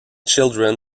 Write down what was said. children